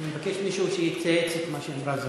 אני מבקש שמישהו יצייץ את מה שאמרה זהבה.